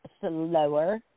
slower